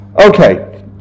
okay